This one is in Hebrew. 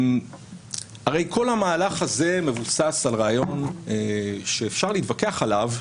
כל המהלך הזה מבוסס על רעיון שאפשר להתווכח עליו,